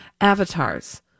Avatars